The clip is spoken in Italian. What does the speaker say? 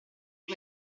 per